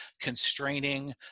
constraining